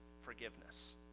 forgiveness